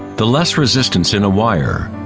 the less resistance in a wire,